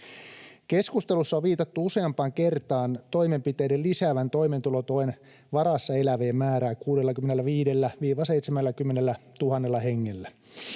Keskustelussa on viitattu useampaan kertaan toimenpiteiden lisäävän toimeentulotuen varassa elävien määrää 65 000—70 000 hengellä.